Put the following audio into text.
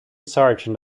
sergeant